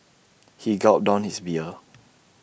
he gulped down his beer